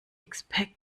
expect